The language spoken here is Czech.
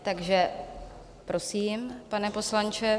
Takže prosím, pane poslanče.